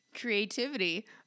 creativity